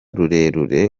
rurerure